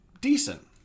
decent